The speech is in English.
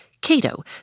Cato